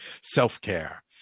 Self-care